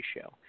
show